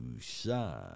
shine